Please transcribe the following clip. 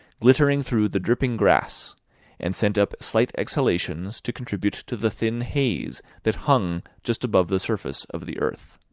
glittering through the dripping grass and sent up slight exhalations to contribute to the thin haze that hung just above the surface of the earth.